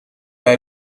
bij